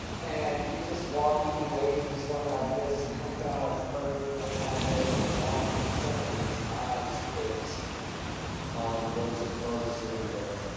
and, he's just walking and waving, he's going like this and comes down a carpet they had there and is walking. and, suddenly his eyes fixed on rosa parks sitting there.